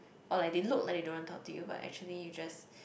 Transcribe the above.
or like they look then they don't want to talk to you but actually you just